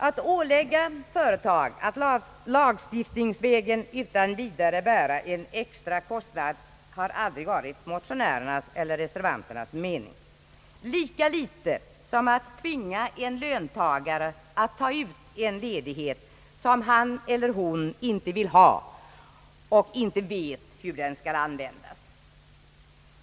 Att ålägga ett företag att lagstiftningsvägen utan vidare bära en extra kostnad har aldrig varit motionärernas eller reservanternas mening lika litet som vi velat tvinga en löntagare att ta ut en ledighet som han eller hon inte vill ha och inte vet hur den skall an vändas.